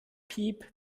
piep